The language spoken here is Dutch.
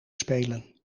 spelen